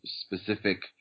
specific